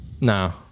No